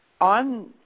On